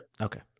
Okay